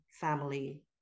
family